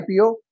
IPO